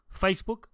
Facebook